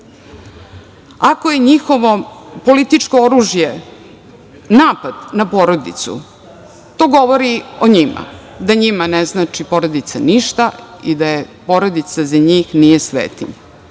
Ako je njihovo političko oružje napad na porodicu to govori o njima, da njima ne znači porodica ništa i da porodica za njih nije svetinja. Naša